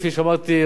כפי שאמרתי,